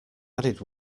added